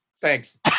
Thanks